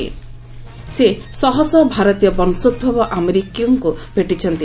ସେ ଶହ ଶହ ଭାରତୀୟ ବଂଶୋଭବ ଆମେରିକୀୟଙ୍କୁ ଭେଟିଛନ୍ତି